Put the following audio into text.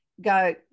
go